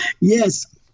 yes